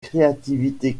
créativité